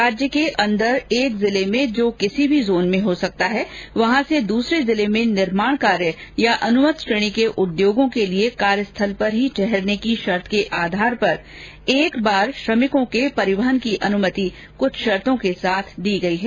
राज्य के अंदर एक जिले में जो किसी भी जोन में हो सकता है वहां से दूसरे जिले में निर्माण कार्य या अनुमत श्रेणी के उद्योग के लिए कार्यस्थल पर ही ठहरने की शर्त के आधार पर एक बार श्रमिकों के परिवहन की अनुमति कुछ शर्तो के साथ दी गई है